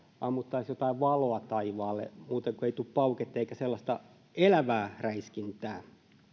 ammuttaisiin jotain valoa taivaalle muuten kun ei tule pauketta eikä sellaista elävää räiskintää